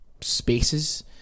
spaces